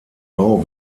bau